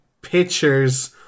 pictures